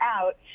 out